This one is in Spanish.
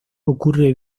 ocurre